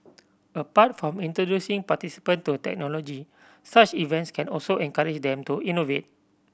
apart from introducing participant to technology such events can also encourage them to innovate